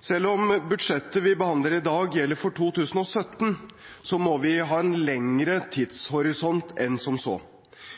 Selv om budsjettet vi behandler i dag, gjelder for 2017, må vi ha en lengre tidshorisont enn som så.